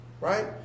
right